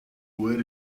where